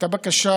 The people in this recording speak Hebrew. הייתה בקשה